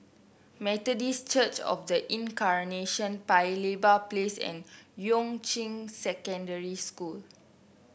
Methodist Church Of The Incarnation Paya Lebar Place and Yuan Ching Secondary School